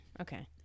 Okay